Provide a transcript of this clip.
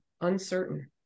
uncertain